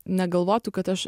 negalvotų kad aš